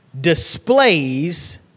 displays